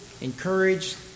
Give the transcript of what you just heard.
encouraged